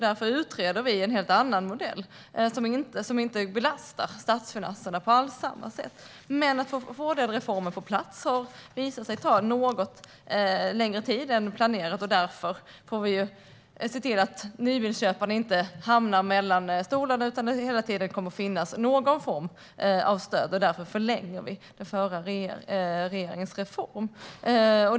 Därför utreder vi en helt annan modell som inte belastar statsfinanserna alls på samma sätt. Men att få vår del av reformen på plats har visat sig ta något längre tid än planerat. Därför måste vi se till att nybilsköparna inte hamnar mellan stolarna utan att det hela tiden kommer att finnas någon form av stöd. Av detta skäl förlänger vi den förra regeringens reform.